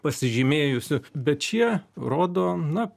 pasižymėjusių bet šie rodo na